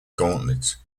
gauntlet